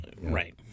Right